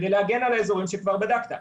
כדי להגן על האזורים שכבר בדקת.